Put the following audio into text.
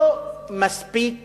לא מספיק